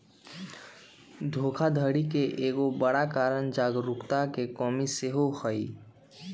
धोखाधड़ी के एगो बड़ कारण जागरूकता के कम्मि सेहो हइ